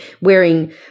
wearing